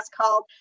called